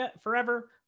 forever